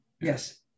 Yes